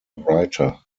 writer